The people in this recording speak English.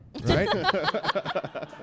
right